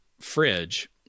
fridge